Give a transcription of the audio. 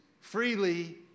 freely